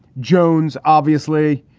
jones. obviously,